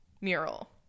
mural